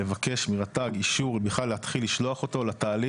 לבקש מרט"ג אישור אם בכלל להתחיל לשלוח אותו לתהליך.